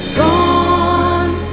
gone